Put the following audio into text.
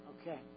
Okay